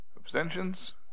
Abstentions